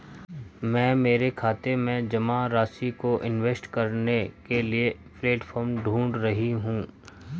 मैं मेरे खाते में जमा राशि को इन्वेस्ट करने के लिए प्लेटफॉर्म ढूंढ रही हूँ